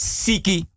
siki